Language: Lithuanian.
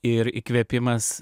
ir įkvėpimas